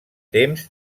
temps